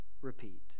repeat